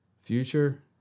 Future